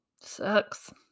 Sucks